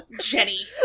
jenny